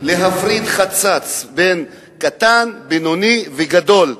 בין חצץ קטן, בינוני וגדול.